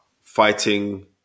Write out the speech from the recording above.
fighting